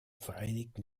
vereinigten